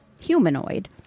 humanoid